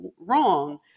wrong